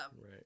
right